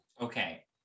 Okay